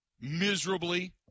miserably